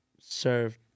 served